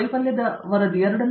ಪ್ರತಾಪ್ ಹರಿಡೋಸ್ ಪ್ರಗತಿಯ ಕೊರತೆ